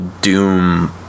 doom